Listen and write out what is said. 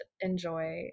enjoy